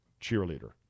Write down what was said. cheerleader